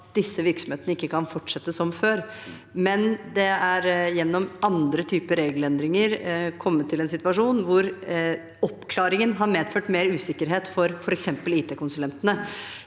at disse virksomhetene ikke kan fortsette som før, men det har gjennom andre typer regelendringer kommet til en situasjon hvor oppklaringen har medført mer usikkerhet for f.eks. IT-konsulentene.